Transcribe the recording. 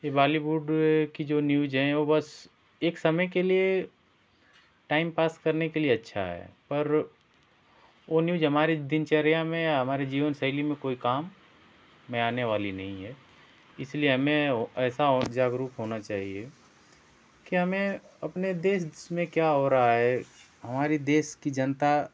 ये वालीवुड की जो न्यूज है वो बस एक समय के लिए टाइम पास करने के लिए अच्छा है पर वो न्यूज हमारे दिनचर्या में हमारे जीवन शैली में कोई काम में आनेवाली नहीं है इसलिए हमें ऐसा और जागरूक होना चाहिए के हमें अपने देश में क्या हो रहा है हमारे देश की जनता